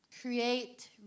create